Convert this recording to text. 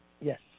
Yes